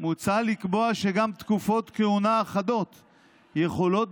מוצע לקבוע שגם תקופות כהונה אחדות יכולות,